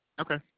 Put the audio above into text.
Okay